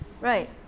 Right